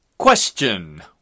Question